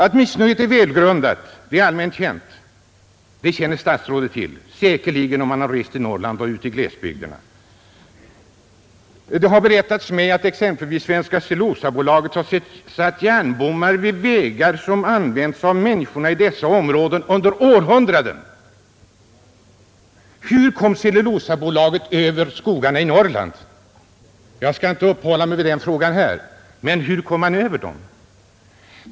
Att missnöjet är välgrundat är allmänt känt. Det känner statsrådet säkerligen till om han rest i Norrland och ute i glesbygderna. Det har berättats mig att exempelvis Svenska cellulosabolaget har satt järnbommar för vägar som använts av människorna i dessa områden under århundraden. Hur kom Cellulosabolaget över skogarna i Norrland? Jag skall inte uppehålla mig vid den frågan här, men hur kom man över dem?